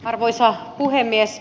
arvoisa puhemies